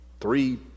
three